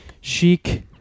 chic